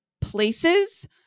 places